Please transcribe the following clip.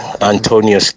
antonio